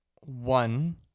one